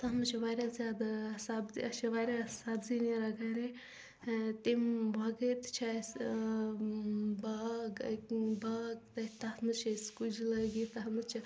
تتھ منٛز چھِ ورایاہ زیادٕ ٲں سبزی اسہِ چھِ واریاہ سبزی نیران گھرے تمہِ وغٲر تہِ چھِ اسہِ إں باغ أکہِ باغ تتھ منٛز چھِ اسہِ کُجہٕ لٲگِتھ تتھ منٛز چھِ